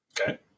Okay